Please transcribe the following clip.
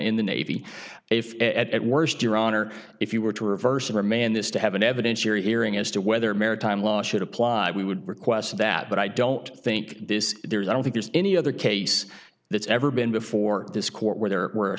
in the navy if at worst your honor if you were to reverse a remand this to have an evidentiary hearing as to whether maritime law should apply we would request that but i don't think this there is i don't think there's any other case that's ever been before this court where there were